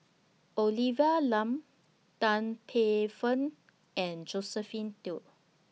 Olivia Lum Tan Paey Fern and Josephine Teo